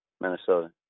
Minnesota